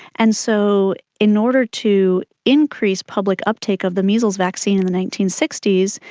and so in order to increase public uptake of the measles vaccine in the nineteen sixty s,